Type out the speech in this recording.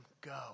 go